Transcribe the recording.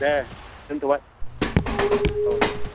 दे दोनथ'बाय औ